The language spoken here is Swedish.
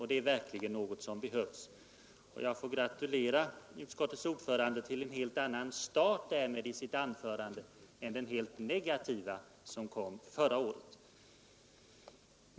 Det är verkligen något som behövs. Jag får gratulera utskottets ordförande till att därmed ha gjort en helt annan start på sitt anförande än den negativa som han presterade förra året.